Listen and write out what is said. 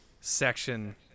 section